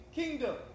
kingdom